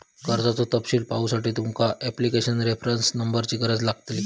कर्जाचो तपशील पाहुसाठी तुमका ॲप्लीकेशन रेफरंस नंबरची गरज लागतली